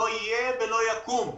לא יקום ולא יהיה.